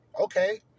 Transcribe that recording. okay